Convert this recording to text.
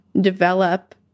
develop